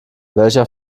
welcher